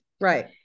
right